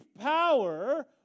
power